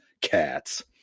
Cats